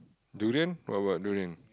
durian what about durian